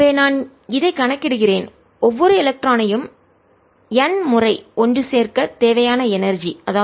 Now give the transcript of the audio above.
எனவே நான் இதை கணக்கிடுகிறேன் ஒவ்வொரு எலக்ட்ரானையும் N முறை ஒன்று சேர்க்க தேவையான எனர்ஜி ஆற்றல்